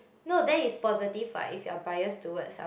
no then is positive what if you're bias towards some